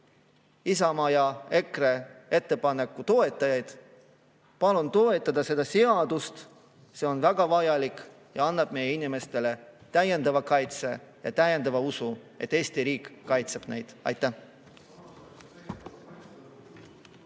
Isamaa ja EKRE ettepaneku toetajaid. Palun toetada seda seadust, see on väga vajalik ja annab meie inimestele täiendava kaitse ja täiendava usu, et Eesti riik kaitseb neid. Aitäh!